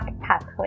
pathway